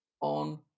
on